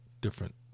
different